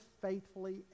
faithfully